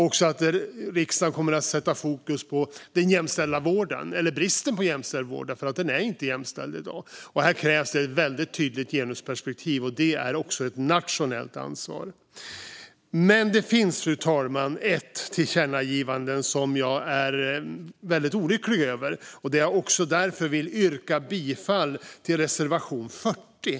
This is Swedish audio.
Riksdagen kommer också att sätta fokus på den jämställda vården - eller bristen på jämställd vård, för den är inte jämställd i dag. Här krävs det ett väldigt tydligt genusperspektiv, och det är också ett nationellt ansvar. Det finns dock, fru talman, ett föreslaget tillkännagivande som jag är väldigt olycklig över, och jag vill därför yrka bifall till reservation 40.